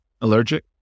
Allergic